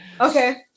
Okay